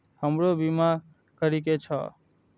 हमरो बीमा करीके छः?